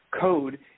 code